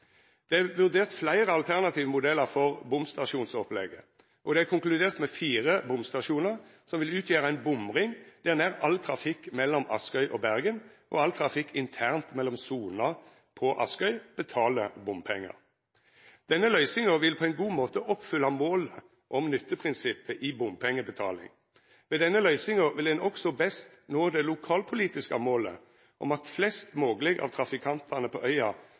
Det er vurdert fleire alternative modellar for bomstasjonsopplegget, og det er konkludert med fire bomstasjonar, som vil utgjera ein bomring, der nær all trafikk mellom Askøy og Bergen og all trafikk internt mellom soner på Askøy betalar bompengar. Denne løysinga vil på ein god måte oppfylla målet om nytteprinsippet i bompengebetaling. Ved denne løysinga vil ein også best nå det lokalpolitiske målet om at flest mogleg av trafikantane på